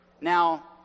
Now